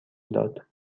داد